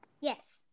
Yes